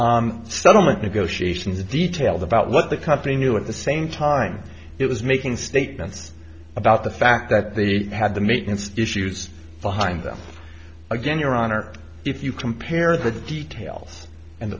settlement negotiations details about what the company knew at the same time it was making statements about the fact that they had the maintenance issues behind them again your honor if you compare the details and